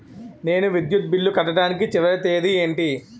నేను విద్యుత్ బిల్లు కట్టడానికి చివరి తేదీ ఏంటి?